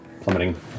plummeting